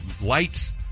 lights